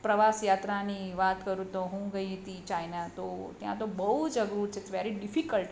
પ્રવાસ યાત્રાની વાત કરું તો હું ગઈ તી ચાઈના તો ત્યાં તો બહુ જ અઘરું વેરી ડીફીકલ્ટ